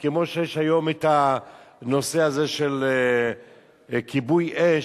כמו שיש היום בנושא כיבוי אש,